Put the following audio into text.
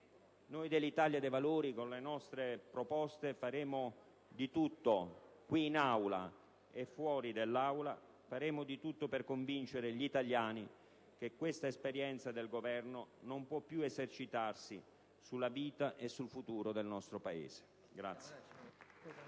Noi dell'Italia dei Valori, con le nostre proposte, faremo di tutto, in Aula e fuori, per convincere gli italiani che questa esperienza del Governo non può più esercitarsi sulla vita e sul futuro del nostro Paese. *(Applausi